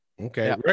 okay